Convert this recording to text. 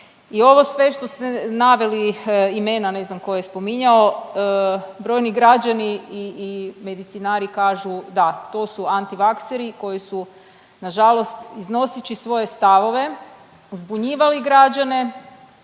i ovo sve što ste naveli, imena ne znam ko je spominjao brojni građani i medicinari kažu da, to su antivakseri koji su na žalost iznoseći svoje stavove zbunjivali građane,